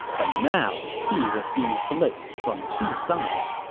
but now he was being blitzed from two sides.